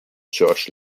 church